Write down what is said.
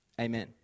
Amen